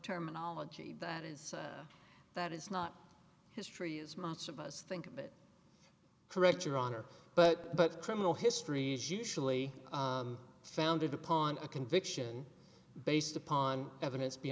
terminology that is that is not history as most of us think of it correct your honor but but criminal history is usually founded upon a conviction based upon evidence be